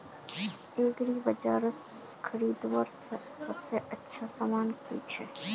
एग्रीबाजारोत खरीदवार सबसे अच्छा सामान की छे?